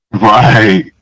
right